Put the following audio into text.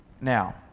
Now